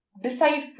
decide